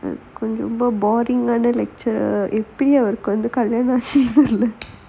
boring ஆனா:aanaa lecture எப்படியும் அவருக்கு வந்து கல்யாணம் ஆய்டுச்சு:eppadiyum avarukku vanthu kalyaanam aayiduchu